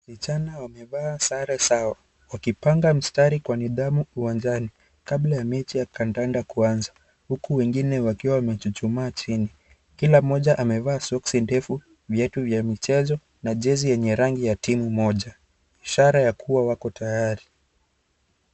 Vijana wamevaa sare zao wakipanga mstari kwa nidhamu uwanjani kabla ya mechi ya kandanda kuanza huku wengine wakiwa wamechuchuma chini. Kila mmoja amevaa soksi ndefu, viatu vya michezo, na jezi yenye rangi ya timu moja ishara ya kuwa wako tayari.